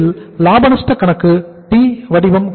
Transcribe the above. இதில் லாப நஷ்ட கணக்கு T வடிவம்